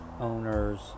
owners